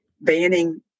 banning